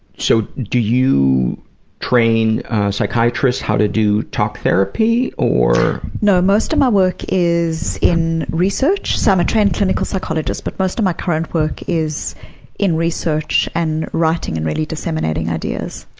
so do you train psychiatrists how to do talk therapy, or? no, most of my work is in research. so i'm a trained clinical psychologist but most of my current work is in research and writing and really disseminating ideas.